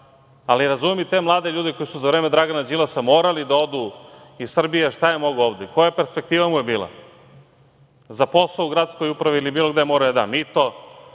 Ali, razumem i te mlade ljude koji su za vreme Dragana Đilasa morali da odu iz Srbije. Šta je mogao ovde? Koja perspektiva mu je bila? Za posao u gradskoj upravi ili bilo gde morao je da da mito.